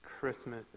Christmas